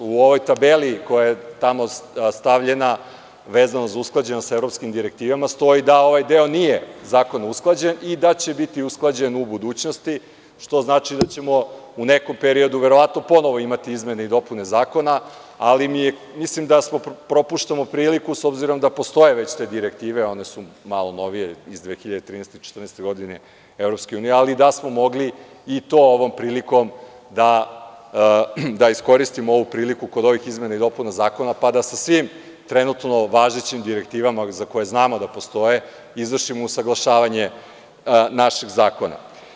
U ovoj tabeli koja je tamo stavljena, vezano za usklađenost sa evropskim direktivama stoji da ovaj deo nije zakonom usklađen i da će biti usklađen u budućnosti, što znači da ćemo u nekom periodu verovatno ponovo imati izmene i dopune zakona, ali mislim da propuštamo priliku, s obzirom da postoje već te direktive, one sumalo novije iz 2013. godine, 2014. godine EU, ali da smo mogli i to ovom prilikom da iskoristimo ovu priliku kod ovih izmena i dopuna zakona, pa da sa svim trenutno važećim direktivama za koje znamo da postoje, izvršimo usaglašavanje našeg zakona.